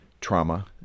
trauma